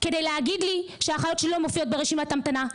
כדי להגיד לי שאחיות שלי לא מופיעות ברשימת ההמתנה,